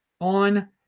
on